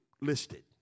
listed